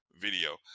video